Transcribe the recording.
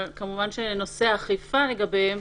אבל כמובן שנושא האכיפה לגביהם,